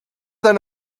than